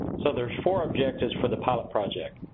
so there's four objectives for the pilot project.